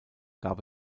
gab